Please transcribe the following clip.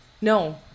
No